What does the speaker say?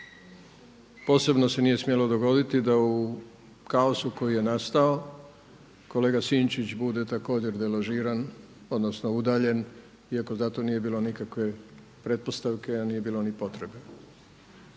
Posebno se nije smjelo dogoditi da u kaosu koji je nastao, kolega Sinčić bude također deložiran odnosno udaljen iako za to nije bilo nikakve pretpostavke, a nije bilo ni potrebe.